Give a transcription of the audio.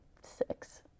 six